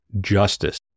justice